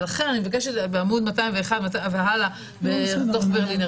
ולכן אני מבקשת את זה בעמוד 201 והלאה בדוח ברלינר,